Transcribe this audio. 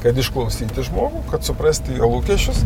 kad išklausyti žmogų kad suprasti jo lūkesčius